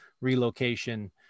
relocation